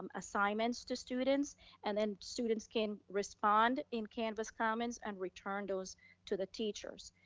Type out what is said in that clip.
um assignments to students and then students can respond in canvas commons and return those to the teachers.